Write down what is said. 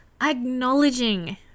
acknowledging